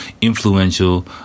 influential